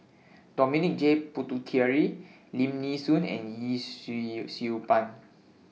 Dominic J Puthucheary Lim Nee Soon and Yee Siew Siew Pun